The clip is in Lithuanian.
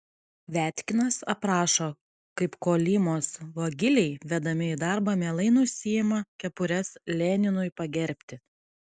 viatkinas aprašo kaip kolymos vagiliai vedami į darbą mielai nusiima kepures leninui pagerbti